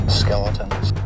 skeletons